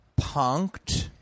Punked